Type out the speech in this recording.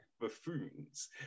buffoons